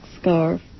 scarf